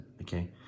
okay